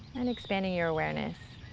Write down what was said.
and expanding your awareness,